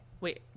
wait